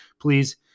please